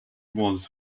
was